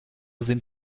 sind